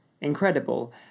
incredible